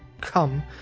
come